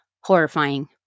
horrifying